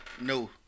No